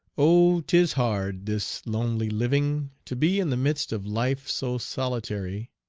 oh! tis hard, this lonely living, to be in the midst of life so solitary,